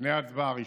לפני ההצבעה הראשונה,